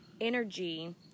energy